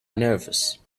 nervous